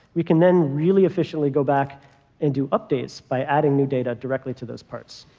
we can then really efficiently go back and do updates by adding new data directly to those parts.